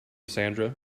sandra